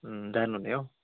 अँ जानुहुने हो